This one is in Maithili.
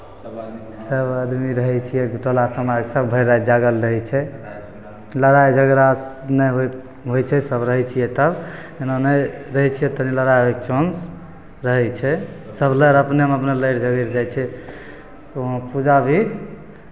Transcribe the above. सभ आदमी रहै छियै टोला समाज सभ भरि राति जागल रहै छै लड़ाइ झगड़ा नहि होइ होइ छै सभ रहै छियै तब एना नहि रहै छियै तऽ तनि लड़ाइ होयके चांस रहै छै सभ लोक अपनेमे अपने लड़ि झगड़ि जाइ छै वहाँ पूजा भी